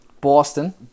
Boston